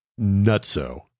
nutso